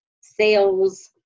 sales